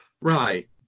Right